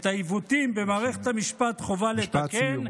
את העיוותים במערכת המשפט חובה לתקן,